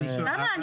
למה?